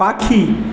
পাখি